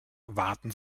waten